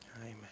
Amen